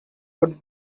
would